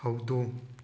ꯍꯧꯗꯣꯡ